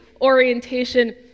orientation